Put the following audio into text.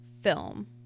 film